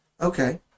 okay